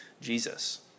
Jesus